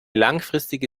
langfristige